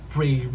Pray